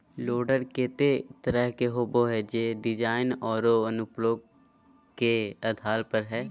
loader केते तरह के होबो हइ, जे डिज़ाइन औरो अनुप्रयोग के आधार पर हइ